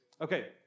Okay